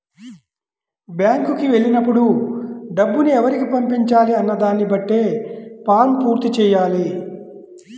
బ్యేంకుకి వెళ్ళినప్పుడు డబ్బుని ఎవరికి పంపించాలి అన్న దానిని బట్టే ఫారమ్ పూర్తి చెయ్యాలి